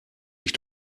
mich